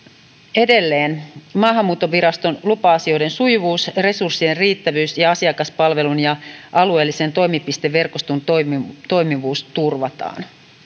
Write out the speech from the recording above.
edelleen maahanmuuttoviraston lupa asioiden sujuvuus resurssien riittävyys ja asiakaspalvelun ja alueellisen toimipisteverkoston toimivuus toimivuus turvataan